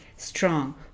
strong